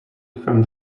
from